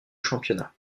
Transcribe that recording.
championnat